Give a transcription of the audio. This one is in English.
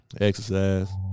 exercise